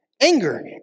Anger